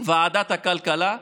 ועדת הכלכלה.